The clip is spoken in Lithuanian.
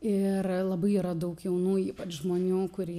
ir labai yra daug jaunų ypač žmonių kur